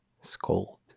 Scold